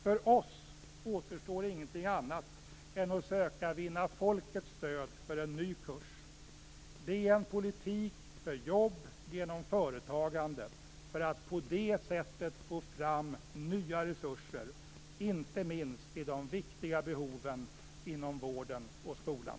För oss återstår ingenting annat än att försöka vinna folkets stöd för en ny kurs. Det är en politik för jobb genom företagande för att på det sättet få fram nya resurser, inte minst till de viktiga behoven inom vården och skolan.